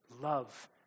Love